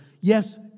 Yes